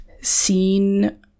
seen